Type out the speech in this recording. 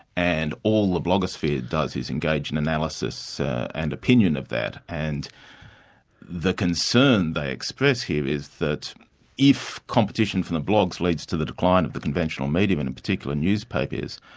and all the blogosphere does is engage in analysis and opinion of that. and the concern they express here is that if competition from the blogs leads to the decline of the conventional media and in particular newspapers,